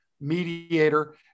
mediator